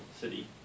city